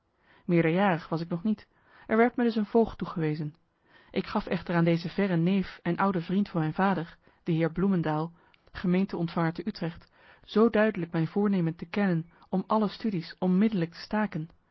meerderjarig was ik nog niet er werd me dus een voogd toegewezen ik gaf echter aan deze verre neef en oude vriend van mijn vader de heer bloemendaal gemeente-ontvanger te utrecht zoo duidelijk mijn voornemen te kennen om alle studies onmiddelijk te staken